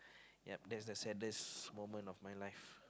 yep that's the saddest moment of my life